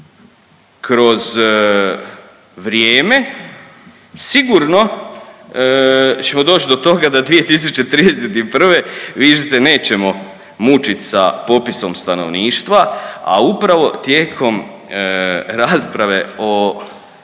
kroz vrijeme sigurno ćemo doći do toga da 2031. više se nećemo mučiti sa popisom stanovništva, a upravo tijekom rasprave o